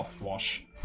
wash